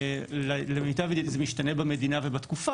למיטב ידיעתי, זה משתנה במדינה ובתקופה